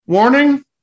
Warning